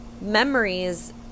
memories